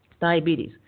Diabetes